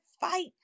fight